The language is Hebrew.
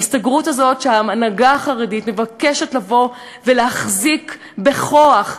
ההסתגרות הזאת שההנהגה החרדית מבקשת לבוא ולהחזיק בכוח,